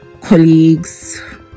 colleagues